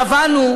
קבענו,